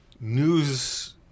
news